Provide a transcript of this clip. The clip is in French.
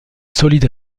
solide